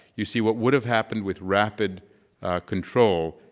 you see what would've happened with rapid control,